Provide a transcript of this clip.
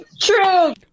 True